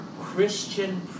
christian